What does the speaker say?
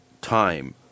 time